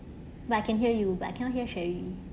but I can hear you but I cannot hear sherry